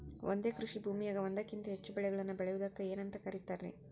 ಒಂದೇ ಕೃಷಿ ಭೂಮಿಯಾಗ ಒಂದಕ್ಕಿಂತ ಹೆಚ್ಚು ಬೆಳೆಗಳನ್ನ ಬೆಳೆಯುವುದಕ್ಕ ಏನಂತ ಕರಿತಾರಿ?